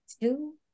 Two